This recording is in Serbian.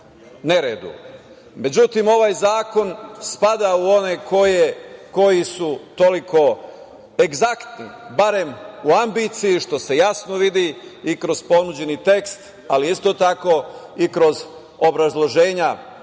neredu. Međutim, ovaj zakon spada u one koji su toliko egzaktni, barem u ambiciji, što se jasno vidi i kroz ponuđeni tekst, ali isto tako i kroz obrazloženja